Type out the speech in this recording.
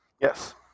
Yes